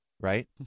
right